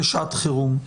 לשעת חירום.